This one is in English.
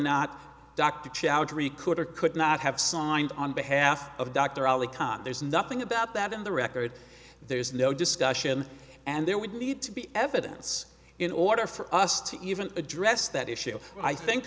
recorder could not have signed on behalf of dr ali khan there's nothing about that in the record there's no discussion and there would need to be evidence in order for us to even address that issue i think